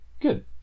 Good